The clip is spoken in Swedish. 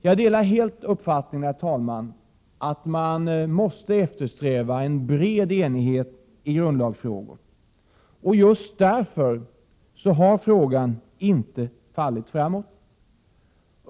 Jag delar helt uppfattningen, herr talman, att man måste efterströva en bred enighet i grundlagsfrågor, och just därför har frågan inte fallit framåt.